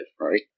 right